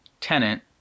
tenant